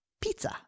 pizza